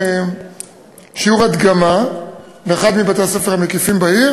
שיעור הדגמה באחד מבתי-הספר המקיפים בעיר,